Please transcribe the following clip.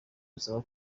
usabwa